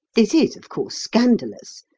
this is, of course, scandalous.